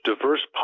diverse